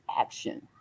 action